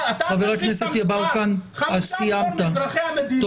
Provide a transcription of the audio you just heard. חמישה מיליון מאזרחי המדינה, אין להם תו ירוק.